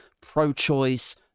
pro-choice